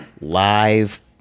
live